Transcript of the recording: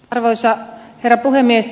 arvoisa herra puhemies